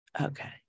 Okay